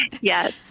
Yes